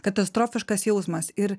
katastrofiškas jausmas ir